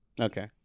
Okay